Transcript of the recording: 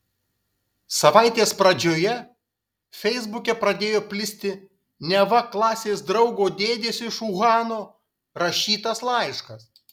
savaitės pradžioje feisbuke pradėjo plisti neva klasės draugo dėdės iš uhano rašytas laiškas